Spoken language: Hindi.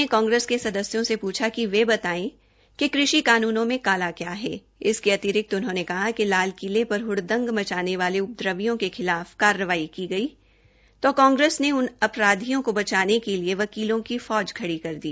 उन्होंने कांग्रेस के सदस्यों से पूछा कि वे बताएं कि कृषि कानूनों में काला क्या है इसके अतिरिक्त उन्होंने कहा कि लाल किले पर हड़दंग मचाने वाले उपद्रवियों के खिलाफ कार्रवाई की गई तथ कांग्रेस ने उन अपराधियों कथ बचाने के लिए वकीलों की फौज खड़ी कर दी